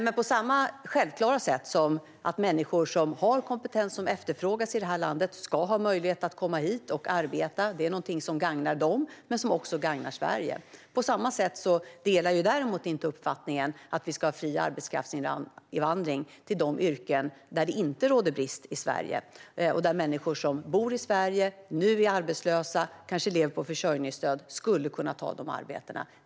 Det är självklart att människor som har kompetens som efterfrågas i det här landet ska ha möjlighet att komma hit och arbeta. Det är någonting som gagnar både dem och Sverige. Jag delar däremot inte uppfattningen att vi ska ha fri arbetskraftsinvandring till de yrken där det inte råder brist i Sverige och där människor som bor i Sverige nu och kanske är arbetslösa eller lever på försörjningsstöd skulle kunna ta arbetena.